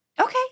okay